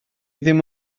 ddim